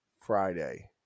friday